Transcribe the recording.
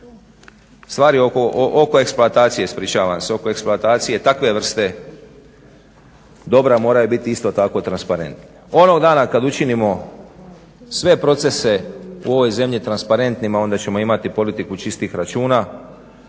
stvar je oko eksploatacije ispričavam se, oko eksploatacije takve vrste dobra i moraju biti isto tako transparentne. Onog dana kad učinimo sve procese u ovoj zemlji transparentnima onda ćemo imati politiku čistih računa,